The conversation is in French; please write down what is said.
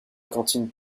cantine